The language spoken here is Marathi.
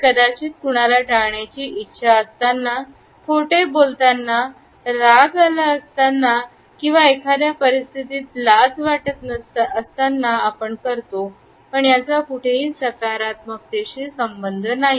हे कदाचित कुणाला टाळण्याची इच्छा असताना खोटे बोलताना राग आला असताना किंवा एखाद्या परिस्थितीत लाज वाटत असताना आपण करतो पण याचा कुठेही सकारात्मकशीसंबंध नाही